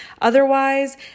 otherwise